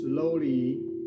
Slowly